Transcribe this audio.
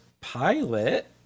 pilot